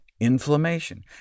inflammation